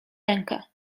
rękę